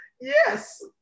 yes